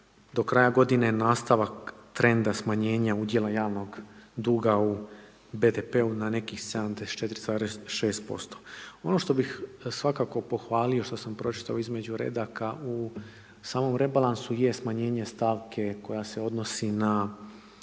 do kraja godine nastavak trenda smanjenja udjela javnog duga u BDP-u na nekih 74,6%. Ono što bih svakako pohvalio, što sam pročitao između redaka u samom rebalansu je smanjenje stavke koja se odnosi na